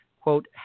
quote